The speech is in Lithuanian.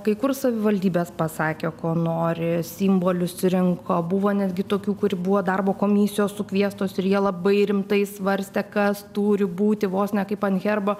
kai kur savivaldybės pasakė ko nori simbolius surinko buvo netgi tokių kur buvo darbo komisijos sukviestos ir jie labai rimtai svarstė kas turi būti vos ne kaip ant herbo